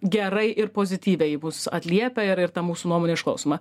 gerai ir pozityviai mus atliepia ir ta mūsų nuomonė išklausoma